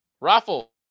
Raffle